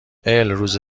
الروز